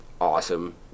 awesome